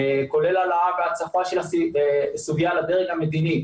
כולל העלאה והצפה של הסוגיה לדרג המדיני.